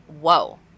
Whoa